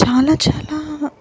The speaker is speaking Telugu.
చాలా చాలా